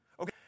Okay